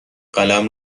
قلم